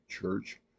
church